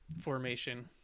formation